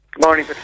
morning